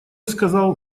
сказал